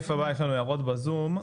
הערות בזום.